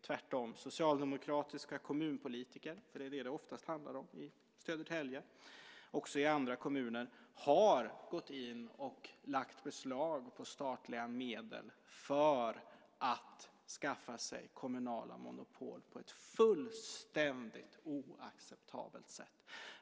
Tvärtom har socialdemokratiska kommunpolitiker - för det är vad det oftast handlar om - i Södertälje och även andra kommuner gått in och lagt beslag på statliga medel för att skaffa sig kommunala monopol på ett fullständigt oacceptabelt sätt.